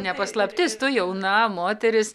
ne paslaptis tu jauna moteris